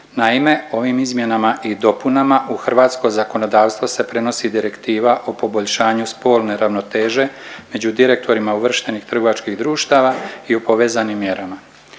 Naime, ovim izmjenama i dopunama u hrvatsko zakonodavstvo se prenosi Direktiva o poboljšanju spolne ravnoteže među direktorima uvrštenih trgovačkih društava i u povezanim mjerama.